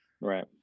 Right